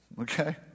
Okay